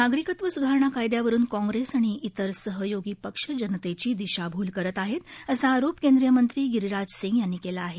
नागरिकत्व सुधारणा कायद्यावरुन काँग्रेस आणि इतर सहयोगी पक्ष जनतेची दिशाभूल करत आहेत असा आरोप केंद्रीय मंत्री गिरिराज सिंग यांनी केला आहे